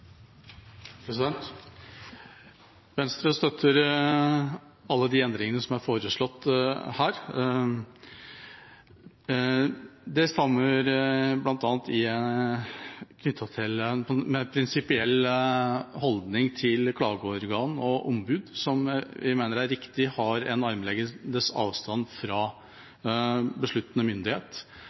av. Venstre støtter alle de endringene som er foreslått her. Det stammer bl.a. fra en mer prinsipiell holdning til klageorgan og ombud som vi mener det er riktig at har en armlengdes avstand fra besluttende myndighet,